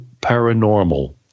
paranormal